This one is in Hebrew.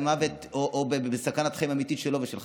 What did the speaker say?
במוות או בסכנת חיים אמיתית שלו ושל חבריו?